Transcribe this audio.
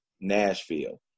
Nashville